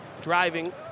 driving